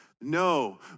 No